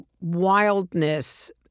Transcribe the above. wildness